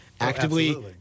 actively